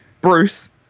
Bruce